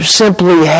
simply